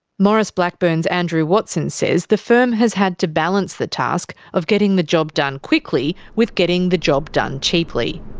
maurice blackburn's andrew watson says the firm has had to balance the task of getting the job done quickly, with getting the job done cheaply.